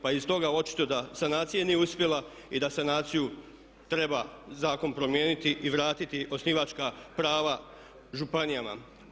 Pa iz toga je očito da sanacija nije uspjela i da sanaciju treba zakon promijeniti i vratiti osnivačka prava županijama.